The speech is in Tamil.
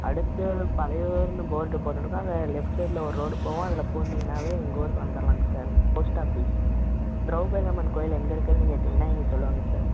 அடுத்து பலையூர்னு போர்டு போட்டுருக்கும் அங்கே லெஃப்ட் சைடில் ஒரு ரோடு போவும் அதில் பூந்திங்கன்னாவே எங்கள் ஊருக்கு வந்துரலாங்க sir post office Draupadi Amman கோவில் எங்கே இருக்குன்னு கேட்டீங்கன்னா இங்கே சொல்லுவாங்க சார்